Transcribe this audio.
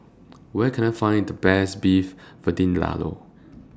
Where Can I Find The Best Beef Vindaloo